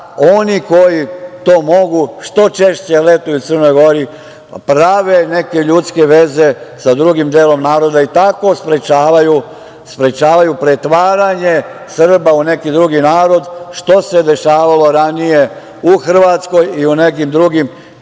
oni koji to mogu što češće letuju u Crnu Goru, prave neke ljudske veze sa drugim delom naroda i tako sprečavaju pretvaranje Srba u neki drugi narod, što se dešavalo ranije u Hrvatskoj i u nekim drugim bivšim